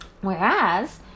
whereas